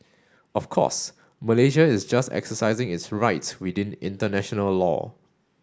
of course Malaysia is just exercising its rights within international law